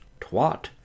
twat